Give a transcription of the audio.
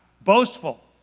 boastful